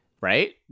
right